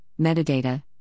metadata